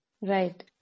Right